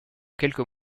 quelques